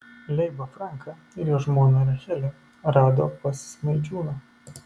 leibą franką ir jo žmoną rachelę rado pas smaidžiūną